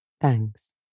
Thanks